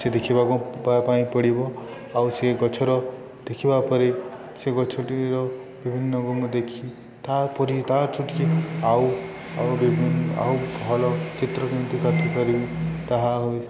ସେ ଦେଖିବାକୁ ପାଇଁ ପଡ଼ିବ ଆଉ ସେ ଗଛର ଦେଖିବା ପରେ ସେ ଗଛଟିର ବିଭିନ୍ନକୁ ମୁଁ ଦେଖି ତାପରେ ଟିକେ ଆଉ ଆଉ ଆଉ ଭଲ ଚିତ୍ର କେମିତି କରିପାରିବି ତାହା ହଉ